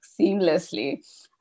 seamlessly